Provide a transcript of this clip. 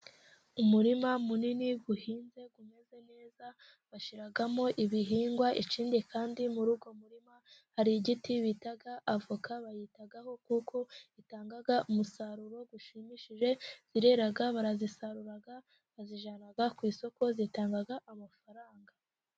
Umurima munini uhinze umeze neza, bashyiramo ibihingwa, ikindi kandi muri uwo murima hari igiti bita avoka bayitaho kuko itanga umusaruro ushimishije, zirera, barazisarura, bazijyana ku isoko zitanga amafaranga.